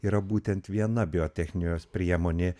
yra būtent viena biotechnijos priemonė